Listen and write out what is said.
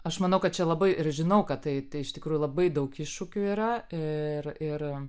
aš manau kad čia labai ir žinau kad tai tai iš tikrųjų labai daug iššūkių yra ir ir